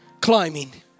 climbing